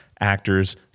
actors